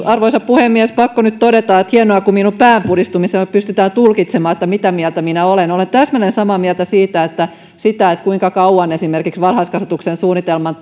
arvoisa puhemies pakko nyt todeta että on hienoa kun minun päänpudistamisestani pystytään tulkitsemaan mitä mieltä minä olen olen täsmälleen samaa mieltä siitä että sitä kuinka kauan esimerkiksi varhaiskasvatussuunnitelman